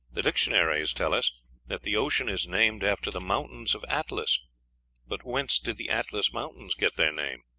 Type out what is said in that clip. the dictionaries tell us that the ocean is named after the mountains of atlas but whence did the atlas mountains get their name?